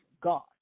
God